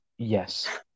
Yes